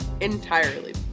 entirely